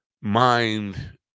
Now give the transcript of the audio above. mind